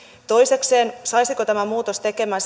toisekseen saisiko tämä muutos tekemään